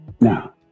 Now